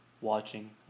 watching